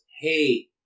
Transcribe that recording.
hey